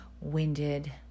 winded